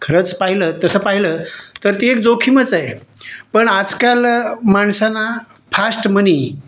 खरंच पाहिलं तसं पाहिलं तर ती एक जोखीमच आहे पण आजकाल माणसाना फास्ट मनी